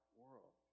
world